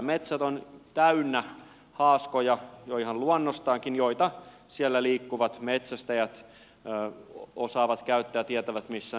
metsät ovat täynnä haaskoja jo ihan luonnostaankin joita siellä liikkuvat metsästäjät osaavat käyttää ja tietävät missä ne ovat